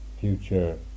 Future